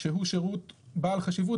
הוא שירות בעל חשיבות,